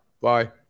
Bye